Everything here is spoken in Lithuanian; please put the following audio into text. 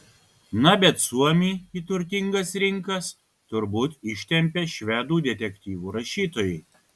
na bet suomį į turtingas rinkas turbūt ištempė švedų detektyvų rašytojai